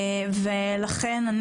לכן,